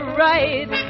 right